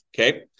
Okay